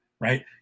right